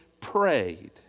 prayed